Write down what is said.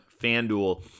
Fanduel